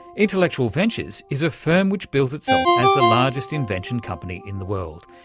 intellectual ventures is a firm which bills itself as the largest invention company in the world.